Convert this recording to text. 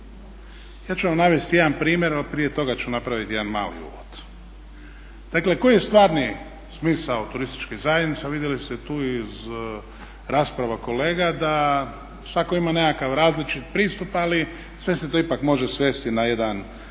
Ja ću vam navesti jedan primjer, ali prije toga ću napraviti jedan mali uvod. Dakle, koji je stvarni smisao turističkih zajednica vidjeli ste tu iz rasprava kolega da svatko ima nekakav različit pristup, ali sve se to ipak može svesti na jedan